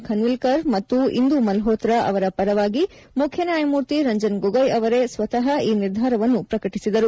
ಖನ್ವಿಲ್ಕರ್ ಮತ್ತು ಇಂದೂ ಮಲ್ಲೋತ್ರ ಅವರ ಪರವಾಗಿ ಮುಖ್ಯ ನ್ಯಾಯಮೂರ್ತಿ ರಂಜನ್ ಗೊಗೋಯ್ ಅವರೇ ಸ್ವತಃ ಈ ನಿರ್ಧಾರವನ್ನು ಪ್ರಕಟಿಸಿದರು